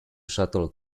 shuttle